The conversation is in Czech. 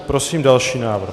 Prosím další návrh.